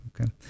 Okay